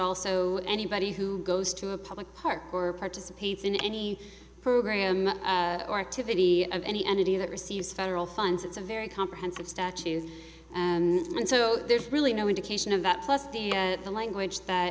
also anybody who goes to a public park or participates in any program or activity of any entity that receives federal funds it's a very comprehensive statues and so there's really no indication of that plus the language that